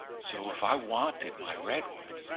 so if i wanted my redwood,